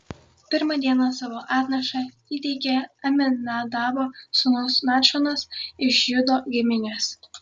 pirmą dieną savo atnašą įteikė aminadabo sūnus nachšonas iš judo giminės